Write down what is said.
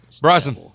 Bryson